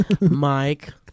Mike